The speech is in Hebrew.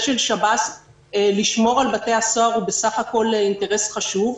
של שב"ס לשמור על בתי הסוהר הוא בסך הכול אינטרס חשוב.